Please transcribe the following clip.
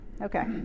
Okay